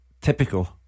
typical